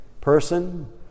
person